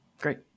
great